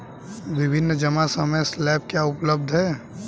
विभिन्न जमा समय स्लैब क्या उपलब्ध हैं?